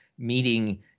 meeting